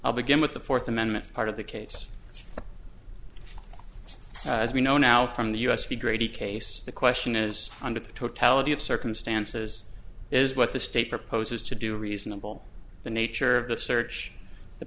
i'll begin with the fourth amendment part of the case as we know now from the us to grady case the question is under the totality of circumstances is what the state proposes to do reasonable the nature of the search the